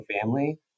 family